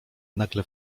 nagle